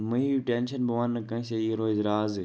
ما ہیٚیو ٹینشن بہٕ وَننہٕ کٲنسے یہِ روزِ رازٕے